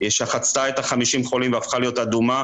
שחצתה את ה-50 חולים והפכה להיות אדומה,